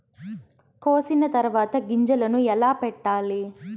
కోసిన తర్వాత గింజలను ఎలా పెట్టాలి